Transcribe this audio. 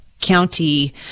county